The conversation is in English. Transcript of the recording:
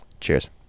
cheers